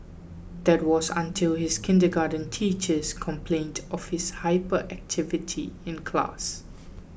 that was until his kindergarten teachers complained of his hyperactivity in class